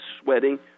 sweating